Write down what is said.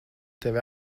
tevi